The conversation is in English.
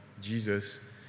Jesus